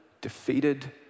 defeated